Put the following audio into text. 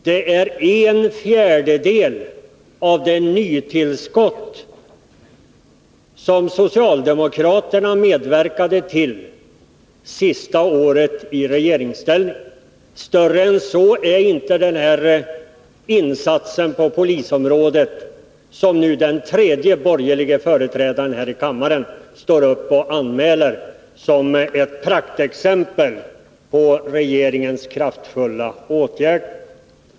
Det är en fjärdedel av det nytillskott som socialdemokraterna medverkade till sista året i regeringsställning. Större än så är inte denna insats på polisområdet, som nu den tredje borgerliga företrädaren här i kammaren står upp och anmäler som ett praktexempel på regeringens kraftfulla åtgärder.